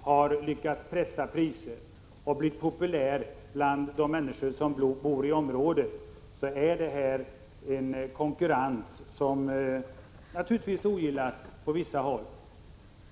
har lyckats pressa priserna och blivit populärt bland människor som bor i området uppstår en konkurrens, som naturligtvis ogillas på vissa håll.